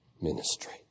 ministry